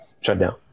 shutdown